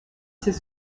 c’est